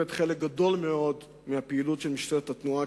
חלק גדול מאוד מהפעילות של משטרת התנועה,